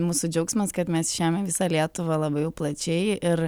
mūsų džiaugsmas kad mes išėjom į visą lietuvą labai jau plačiai ir